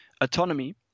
autonomy